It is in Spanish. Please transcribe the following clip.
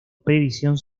previsión